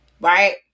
right